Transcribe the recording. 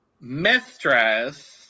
Mistress